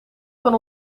van